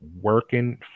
working